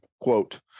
quote